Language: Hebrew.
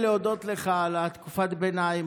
להודות לך על תקופת הביניים,